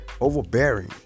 overbearing